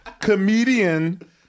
comedian